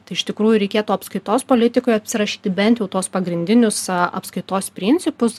tai iš tikrųjų reikėtų apskaitos politikoje apsirašyti bent jau tuos pagrindinius apskaitos principus